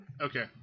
Okay